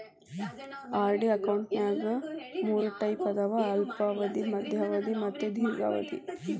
RD ಅಕೌಂಟ್ನ್ಯಾಗ ಮೂರ್ type ಅದಾವ ಅಲ್ಪಾವಧಿ ಮಾಧ್ಯಮ ಅವಧಿ ಮತ್ತ ದೇರ್ಘಾವಧಿ